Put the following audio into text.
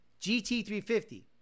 GT350